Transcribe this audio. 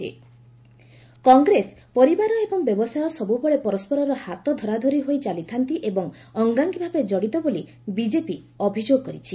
BJP Congress Congress ପରିବାର ଏବଂ ବ୍ୟବସାୟ ସବୁବେଳେ ପରସ୍କରର ହାତ ଧରାଧରି ହୋଇ ଚାଲିଥାନ୍ତି ଏବଂ ଅଙ୍ଗାଙ୍ଗୀ ଭାବେ କଡ଼ିତ ବୋଲି ବିଜେପି ଅଭିଯୋଗ କରିଛି